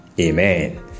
Amen